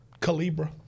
calibra